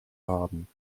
haben